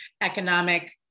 economic